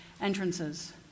entrances